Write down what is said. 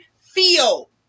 feel